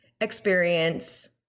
experience